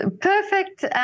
perfect